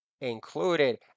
included